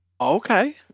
Okay